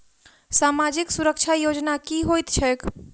सामाजिक सुरक्षा योजना की होइत छैक?